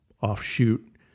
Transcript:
offshoot